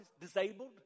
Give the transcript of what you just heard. Disabled